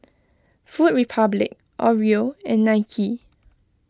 Food Republic Oreo and Nike